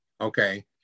okay